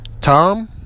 Tom